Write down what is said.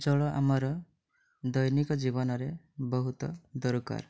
ଜଳ ଆମର ଦୈନିକ ଜୀବନରେ ବହୁତ ଦରକାର